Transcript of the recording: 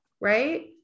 Right